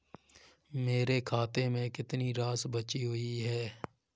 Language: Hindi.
मेरे खाते में कितनी राशि बची हुई है?